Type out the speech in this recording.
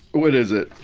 what is it?